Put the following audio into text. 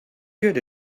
good